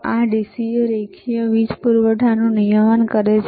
આ DC રેખીય વીજ પૂરવઠાનું નિયમન કરે છે